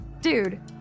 dude